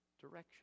direction